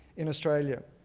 in australia.